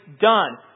done